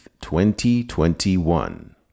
2021